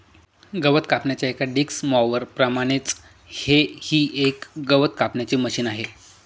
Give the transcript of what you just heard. गवत कापण्याच्या एका डिक्स मॉवर प्रमाणेच हे ही एक गवत कापण्याचे मशिन आहे